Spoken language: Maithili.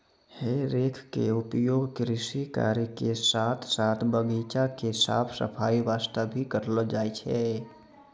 हे रेक के उपयोग कृषि कार्य के साथॅ साथॅ बगीचा के साफ सफाई वास्तॅ भी करलो जाय छै